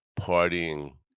partying